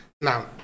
Now